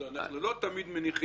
אז אנחנו לא תמיד מניחים